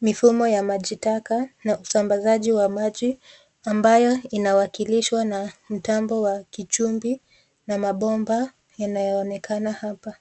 mifumo ya maji taka na usambazaji wa maji ambayo inawakilishwa na mtambo wa kichumbi na mabomba yanayo onekana hapa.